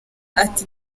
ati